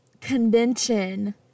convention